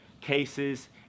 cases